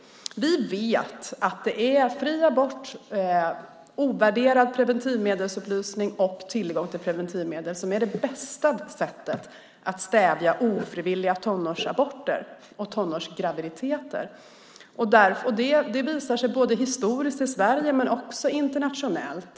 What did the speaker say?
Vi vet att det är fri abort, ovärderad preventivmedelsupplysning och tillgång till preventivmedel som är det bästa sättet att stävja ofrivilliga tonårsgraviditeter och tonårsaborter. Det visar sig historiskt i Sverige och också internationellt.